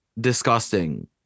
disgusting